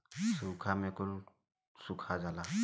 सूखा में कुल सुखा जाला